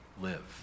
live